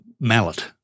mallet